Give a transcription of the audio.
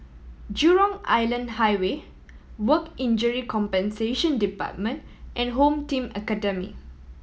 Jurong Island Highway Work Injury Compensation Department and Home Team Academy